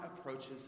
approaches